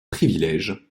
privilèges